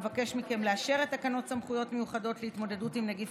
אבקש מכם לאשר את תקנות סמכויות מיוחדות להתמודדות עם נגיף